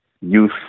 youth